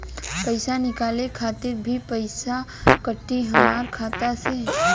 पईसा निकाले खातिर भी पईसा कटी हमरा खाता से?